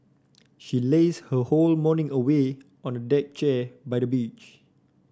she lazed her whole morning away on a deck chair by the beach